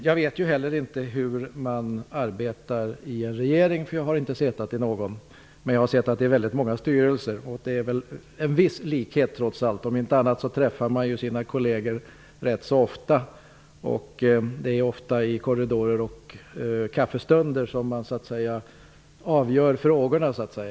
Jag vet ju inte hur man arbetar i en regering, eftersom jag inte har suttit i någon. Men jag har suttit i väldigt många styrelser, och det finns väl ändå trots allt en viss likhet. Om inte annat så träf far man sina kolleger rätt så ofta. Det är inte säl lan i korridorer och vid kaffestunder som man av gör frågorna.